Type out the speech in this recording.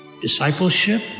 Discipleship